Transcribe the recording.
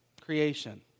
creation